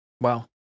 Wow